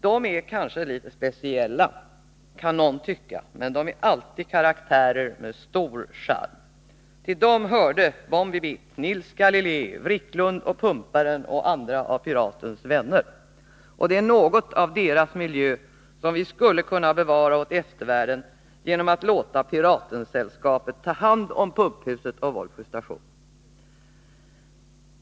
De är kanske litet speciella kan någon tycka, men de är alltid karaktärer med stor charm. Till dem hörde Bombi Bitt, Nils Galilei, Vricklund och Pumparen och andra av Piratens vänner. Och det är något av deras miljö, som vi skulle kunna bevara åt eftervärlden genom att låta Piratensällskapet ta hand om Pumphuset och Vollsjö station.